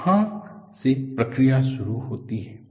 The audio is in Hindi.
यहां से प्रक्रिया शुरू होती है